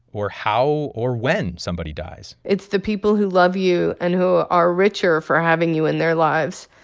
or how, or when somebody dies it's the people who love you, and who are richer for having you in their lives,